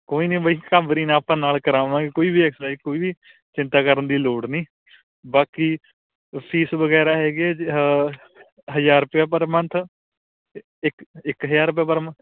ਕੋਈ ਨਹੀਂ ਬਾਈ ਘਾਬਰੀ ਨਾ ਆਪਾਂ ਨਾਲ ਕਰਾਵਾਂਗੇ ਕੋਈ ਵੀ ਐਕਸਰਸਾਈਜ਼ ਕੋਈ ਵੀ ਚਿੰਤਾ ਕਰਨ ਦੀ ਲੋੜ ਨਹੀਂ ਬਾਕੀ ਫੀਸ ਵਗੈਰਾ ਹੈਗੀ ਹੈ ਜੀ ਹਜ਼ਾਰ ਰੁਪਇਆ ਪਰ ਮੰਨਥ ਇੱਕ ਇੱਕ ਹਜ਼ਾਰ ਰੁਪਇਆ ਪਰ ਮੰਨਥ